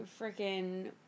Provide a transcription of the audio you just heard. freaking